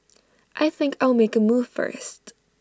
I think I'll make A move first